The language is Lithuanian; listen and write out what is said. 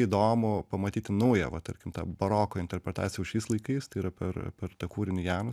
įdomu pamatyti naują va tarkim tą baroko interpretacijų šiais laikais tai yra per per tą kūrinį janą